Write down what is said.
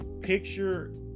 picture